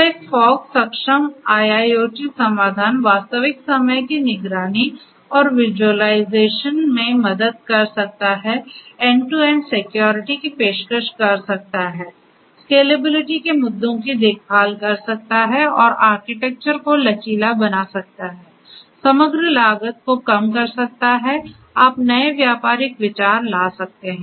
तो एक फॉग सक्षम IIoT समाधान वास्तविक समय की निगरानी और विज़ुअलाइज़ेशन में मदद कर सकता है एंड टू एंड सिक्योरिटी की पेशकश कर सकता है स्केलेबिलिटी के मुद्दों की देखभाल कर सकता है और आर्किटेक्चर को लचीला बना सकता है समग्र लागत को कम कर सकता है आप नए व्यापारिक विचार ला सकता है